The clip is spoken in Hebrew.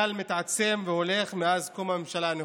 הגל מתעצם והולך מאז קום הממשלה הנוכחית.